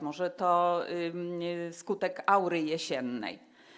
Może to skutek aury jesiennej.